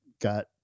got